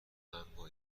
اما